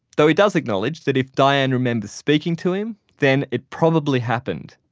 though he does acknowledge that if diane remembers speaking to him, then it probably happened.